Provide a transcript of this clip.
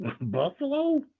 Buffalo